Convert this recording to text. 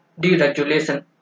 deregulation